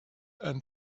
and